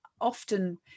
often